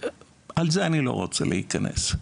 לזה אני לא רוצה להיכנס.